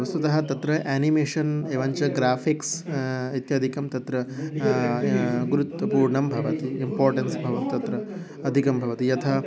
वस्तुतः तत्र यानिमेशन् एवञ्च ग्राफ़िक्स् इत्यादिकं तत्र गुरुत्वपूर्णं भवति इम्पोर्टेन्स् भव तत्र अधिकं भवति यथा